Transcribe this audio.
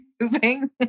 moving